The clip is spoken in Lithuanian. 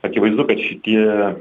akivaizdu kad šitie